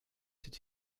did